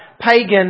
pagan